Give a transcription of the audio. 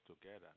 together